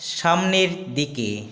সামনের দিকে